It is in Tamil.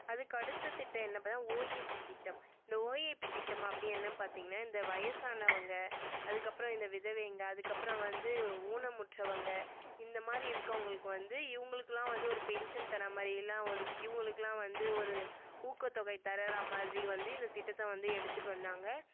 அதற்கடுத்தத் திட்டம் என்ன பார்த்தன்னா ஓஏபி திட்டம் இந்த ஓஏபி திட்டம் அப்படி என்ன பார்த்தீங்கன்னா இந்த வயசானவங்க அதற்கப்பறம் இந்த விதவைங்க அதற்கப்பறம் வந்து ஊனமுற்றவங்க இந்த மாதிரி இருக்கவங்களுக்கு வந்து இவங்களுக்குலாம் வந்து ஒரு பென்ஷன் தர மாதிரி இல்லை அவங்கள் இவங்களுக்குலாம் வந்து ஒரு ஊக்கத் தொகை தரரா மாதிரி வந்து இந்தத் திட்டத்தை வந்து எடுத்துகிட்டு வந்தாங்க